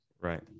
right